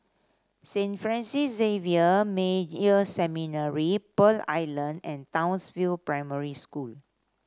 Saint Francis Xavier Major Seminary Pearl Island and Townsville Primary School